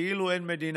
כאילו אין מדינה,